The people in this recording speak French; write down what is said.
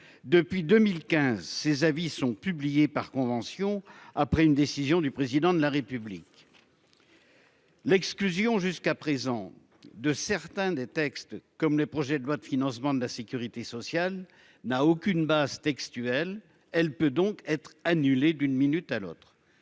Depuis 2015, ces avis sont publiés par convention après une décision du président de la République. L'exclusion jusqu'à présent de certains des textes comme les projets de loi de financement de la Sécurité sociale n'a aucune base Textuel. Elle peut donc être annulée d'une minute à l'autre